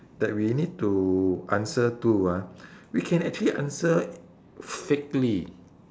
that we need to answer to ah we can actually answer fakely